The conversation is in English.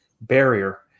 barrier